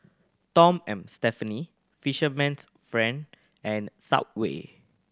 Tom and Stephanie Fisherman's Friend and Subway